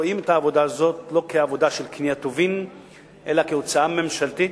רואים את העבודה הזאת לא כעבודה של קניית טובין אלא כהוצאה ממשלתית,